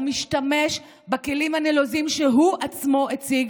ומשתמש בכלים הנלוזים שהוא עצמו הציג.